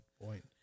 point